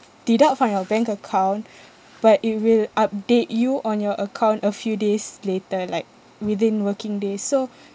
deduct from your bank account but it will update you on your account a few days later like within working days so